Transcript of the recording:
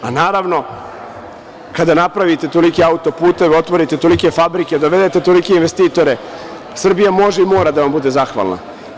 Pa, naravno, kada napravite tolike autoputeve, otvorite tolike fabrike, dovedete tolike investitore, Srbija može i mora da vam bude zahvalna.